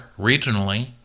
regionally